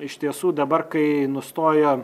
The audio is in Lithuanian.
iš tiesų dabar kai nustojo